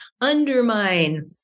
undermine